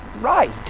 right